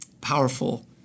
powerful